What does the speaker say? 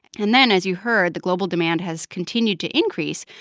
and then, as you heard, the global demand has continued to increase.